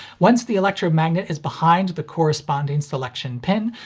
once the electromagnet is behind the corresponding selection pin,